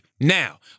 Now